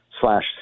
slash